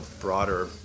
broader